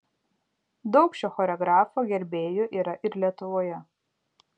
daug šio choreografo gerbėjų yra ir lietuvoje